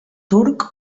turc